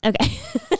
Okay